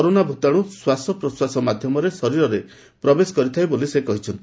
corona ଭୂତାଣୁ ଶ୍ୱାସପ୍ରଶ୍ୱାସ ମାଧ୍ୟମରେ ଶରୀରରେ ପ୍ରବେଶ କରିଥାଏ ବୋଲି ସେ କହିଚ୍ଚନ୍ତି